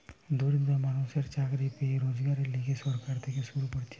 দরিদ্র মানুষদের চাকরি পেয়ে রোজগারের লিগে সরকার থেকে শুরু করতিছে